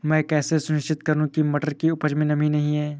मैं कैसे सुनिश्चित करूँ की मटर की उपज में नमी नहीं है?